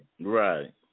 Right